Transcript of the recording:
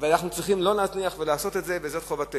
אנחנו צריכים לא להזניח ולעשות את זה, וזו חובתנו.